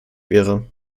wäre